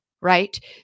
right